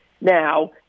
now